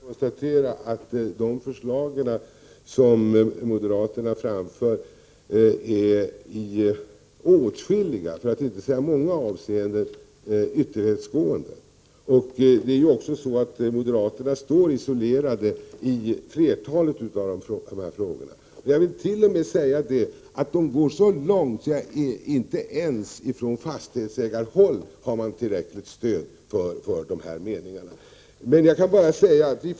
Fru talman! Tyvärr måste jag konstatera att de förslag som moderaterna framför i många, för att inte säga åtskilliga, avseenden är ytterlighetsgående. Moderaterna står dessutom isolerade i flera av de här frågorna. De går t.o.m. så långt att de inte ens har tillräckligt stöd för sina meningar ifrån fastighetsägarhåll.